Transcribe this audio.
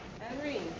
Henry